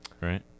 Right